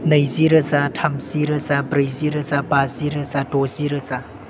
नैजिरोजा थामजि रोजा ब्रैजि रोजा बाजि रोजा द'जि रोजा